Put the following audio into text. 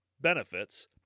benefits